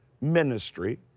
ministry